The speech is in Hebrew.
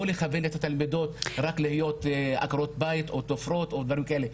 לא לכוון את התלמידות רק להיות עקרות בית או תופרות או דברים כאלה,